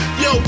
yo